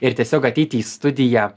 ir tiesiog ateiti į studiją